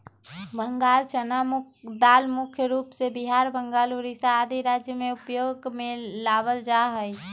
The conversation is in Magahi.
बंगाल चना दाल मुख्य रूप से बिहार, बंगाल, उड़ीसा आदि राज्य में उपयोग में लावल जा हई